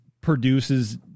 produces